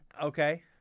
Okay